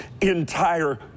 entire